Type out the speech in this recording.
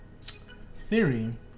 theory